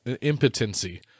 impotency